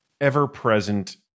ever-present